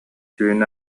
түүн